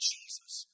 Jesus